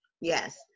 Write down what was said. Yes